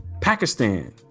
Pakistan